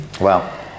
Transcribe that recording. Wow